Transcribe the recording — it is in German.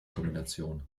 kombination